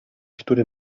który